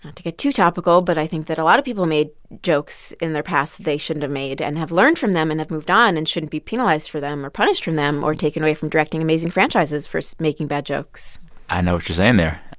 to get to topical, but i think that a lot of people made jokes in their past that they shouldn't of made and have learned from them and have moved on and shouldn't be penalized for them or punished from them or taken away from directing amazing franchises for making bad jokes i know what you're saying there.